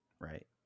right